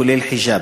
הכולל חיג'אב,